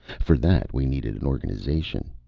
for that we needed an organization.